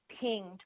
pinged